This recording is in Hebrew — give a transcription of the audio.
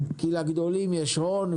כי לגדולים יש הון,